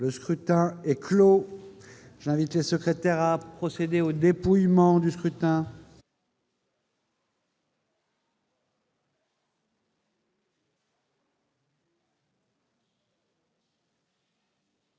Le scrutin est clos. J'invite Mmes et MM. les secrétaires à procéder au dépouillement du scrutin.